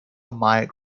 might